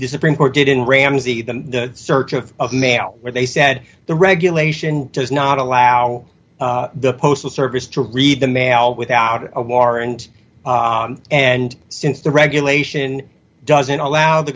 disappearing or didn't ramsey the search of mail where they said the regulation does not allow the postal service to read the mail without a warrant and since the regulation doesn't allow the